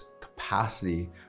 capacity